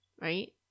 right